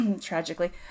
Tragically